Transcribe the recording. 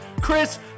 chris